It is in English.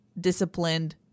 disciplined